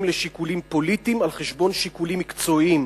לשיקולים פוליטיים על-חשבון שיקולים מקצועיים,